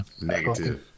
Negative